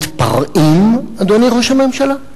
מתפרעים, אדוני ראש הממשלה?